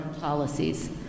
policies